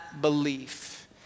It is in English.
belief